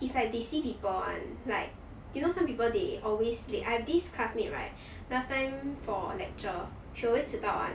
is like they see people [one] like you know some people they always late I have this classmate right last time for lecture she always 迟到 [one]